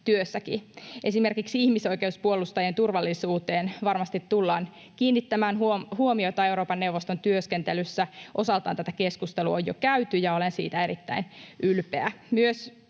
Esimerkiksi ihmisoikeuspuolustajien turvallisuuteen varmasti tullaan kiinnittämään huomiota Euroopan neuvoston työskentelyssä. Osaltaan tätä keskustelua on jo käyty, ja olen siitä erittäin ylpeä